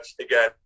again